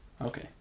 Okay